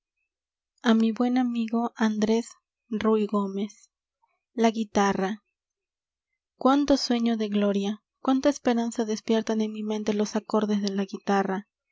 á mi buen amigo andrés ruigomez la guitarra cuánto sueño de gloria cuánta esperanza despiertan en mi mente los acordes de la guitarra